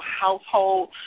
household